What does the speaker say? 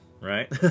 right